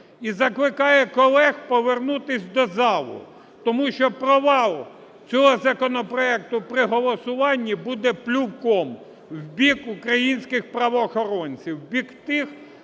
і закликає колег повернутися до залу, тому що провал цього законопроекту при голосуванні буде плювком в бік українських правоохоронців, в бік тих,